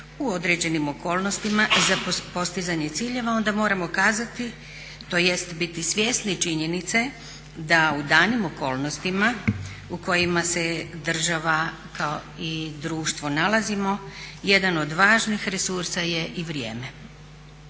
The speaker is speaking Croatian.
u određenim okolnostima za postizanje ciljeva onda moramo kazati tj. biti svjesni činjenice da u danim okolnostima u kojima se država i društvo nalazimo, jedan od važnih resursa je i vrijeme.